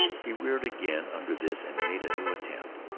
he reared again under this and made a new attempt.